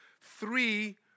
three